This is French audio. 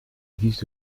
existe